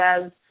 says